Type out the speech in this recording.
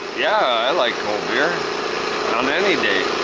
yeah, i like cold beer on any day.